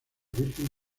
virgen